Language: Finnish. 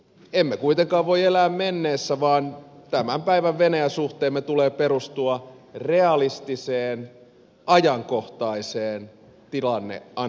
emme kuitenkaan voi elää menneessä vaan tämän päivän venäjä suhteemme tulee perustua realistiseen ajankohtaiseen tilanneanalyysiin